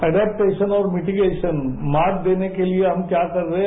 adaptation और mitigation मार्ट देने के लिए हम क्या कर रहे हैं